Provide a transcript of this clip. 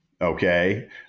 Okay